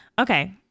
Okay